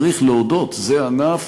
צריך להודות שזה ענף